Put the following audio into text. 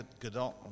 Gadot